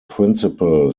principal